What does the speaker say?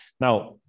now